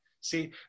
See